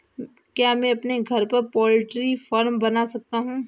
क्या मैं अपने घर पर पोल्ट्री फार्म बना सकता हूँ?